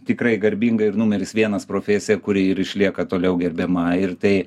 tikrai garbinga ir numeris vienas profesija kuri ir išlieka toliau gerbiama ir tai